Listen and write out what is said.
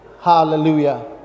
Hallelujah